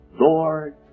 Lord